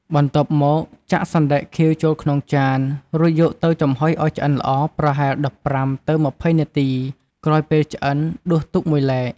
បន្ទាប់មកចាក់សណ្ដែកខៀវចូលក្នុងចាន រួចយកទៅចំហុយឲ្យឆ្អិនល្អ ប្រហែល ១៥ ទៅ ២០ នាទី ក្រោយពេលឆ្អិន ដួសទុកមួយឡែក។